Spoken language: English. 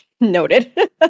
Noted